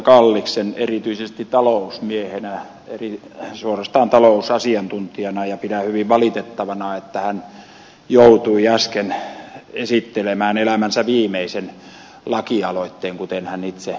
kalliksen erityisesti talousmiehenä eli suorastaan talousasiantuntijana ja pidän hyvin valitettavana että hän joutui äsken esittelemään elämänsä viimeisen lakialoitteen kuten hän itse totesi